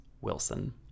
Wilson